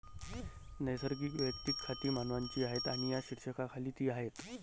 नैसर्गिक वैयक्तिक खाती मानवांची आहेत आणि या शीर्षकाखाली ती आहेत